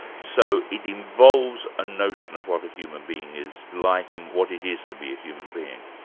so it involves a notion of what a human being is like, and what it is to be a human being.